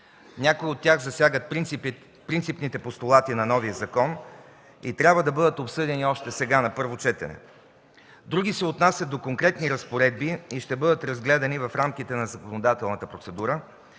Някои от тях засягат принципните постулати на новия закон и трябва да бъдат обсъдени още сега на първо четене. Други се отнасят до конкретни разпоредби и ще бъдат разгледани в рамките на законодателната процедура